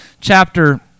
chapter